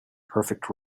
perfect